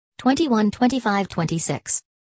21-25-26